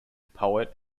poet